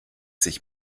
sich